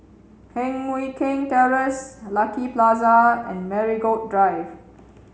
Heng Mui Keng Terrace Lucky Plaza and Marigold Drive